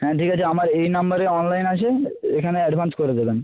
হ্যাঁ ঠিক আছে আমার এই নাম্বারে অনলাইন আছে এখানে অ্যাডভান্স করে দেবেন